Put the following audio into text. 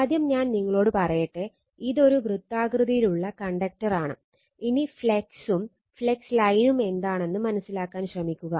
ആദ്യം ഞാൻ നിങ്ങളോട് പറയട്ടെ ഇതൊരു വൃത്താകൃതിയിലുള്ള കണ്ടക്ടർ എന്താണെന്ന് മനസിലാക്കാൻ ശ്രമിക്കുക